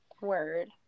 word